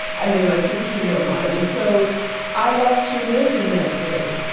i mean my sixteen year old mind. and so i lost religion that day,